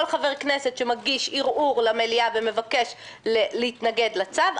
כל חבר כנסת שמגיש ערעור למליאה ומבקש להתנגד לצו,